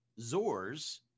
zors